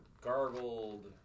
gargled